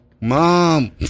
mom